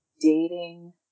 Dating